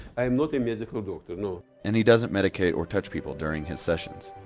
i am not a medical doctor, no. and he doesn't medicate or touch people during his sessions.